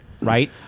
right